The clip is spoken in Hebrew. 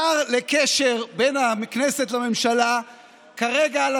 השר המקשר בין הכנסת לממשלה כרגע אמר על